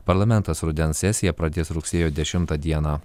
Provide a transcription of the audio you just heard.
parlamentas rudens sesiją pradės rugsėjo dešimtą dieną